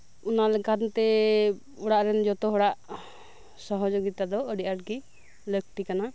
ᱚᱱᱟ ᱞᱮᱠᱟᱱ ᱛᱮ ᱚᱲᱟᱜ ᱨᱮᱱ ᱡᱷᱚᱛᱚ ᱦᱚᱲᱟᱜ ᱥᱚᱦᱚᱡᱳᱜᱤᱛᱟ ᱫᱚ ᱟᱰᱤ ᱟᱸᱴ ᱜᱮ ᱞᱟᱠᱛᱤ ᱠᱟᱱᱟ